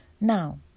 Now